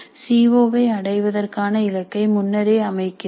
C O வை அடைவதற்கான இலக்கை முன்னரே அமைக்கிறோம்